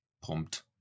pumped